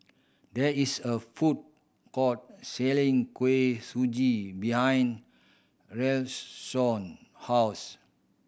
there is a food court selling Kuih Suji behind Rayshawn house